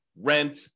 rent